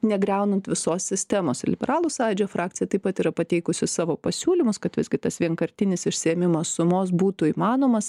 negriaunant visos sistemos ir liberalų sąjūdžio frakcija taip pat yra pateikusi savo pasiūlymus kad visgi tas vienkartinis išsiėmimas sumos būtų įmanomas